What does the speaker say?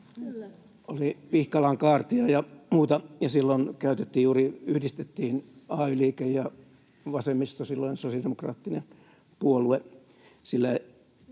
oli Pihkalan kaartia ja muuta, ja silloin yhdistettiin juuri ay-liike ja vasemmisto, silloinen sosiaalidemokraattinen puolue.